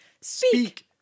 Speak